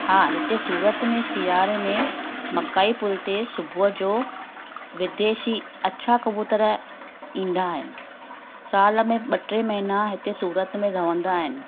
हा हिते सूरत में सियारे में मकाई पुल ते सुबुह जो विदेशी अछा कबुतर ईंदा आहिनि साल में ॿ टे महीना हिते सूरत में रहंदा आहिनि